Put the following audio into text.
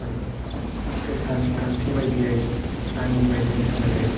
माने सोरखारनि खान्थि बायदियै आइन बायदियै सालायो